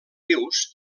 vius